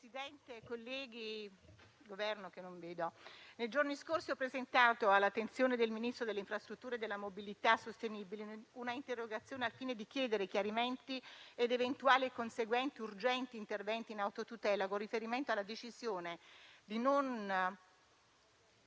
Presidente, colleghi, nei giorni scorsi ho presentato - all'attenzione del Ministro delle infrastrutture e della mobilità sostenibili - un'interrogazione al fine di chiedere chiarimenti ed eventuali e conseguenti urgenti interventi in autotutela con riferimento alla decisione di non